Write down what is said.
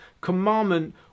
commandment